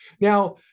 Now